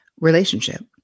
relationship